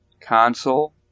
console